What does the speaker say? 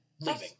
leaving